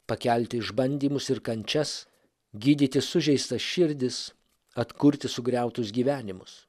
pakelti išbandymus ir kančias gydyti sužeistas širdis atkurti sugriautus gyvenimus